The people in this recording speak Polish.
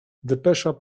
depesza